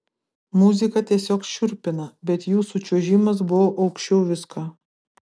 muzika tiesiog šiurpina bet jūsų čiuožimas buvo aukščiau visko